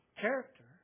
character